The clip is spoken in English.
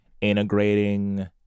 integrating